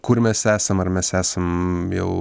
kur mes esam ar mes esam jau